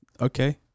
okay